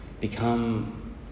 Become